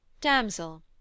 Damsel